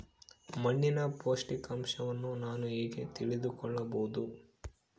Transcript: ಮಣ್ಣಿನ ಪೋಷಕಾಂಶವನ್ನು ನಾನು ಹೇಗೆ ತಿಳಿದುಕೊಳ್ಳಬಹುದು?